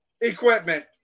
equipment